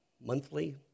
monthly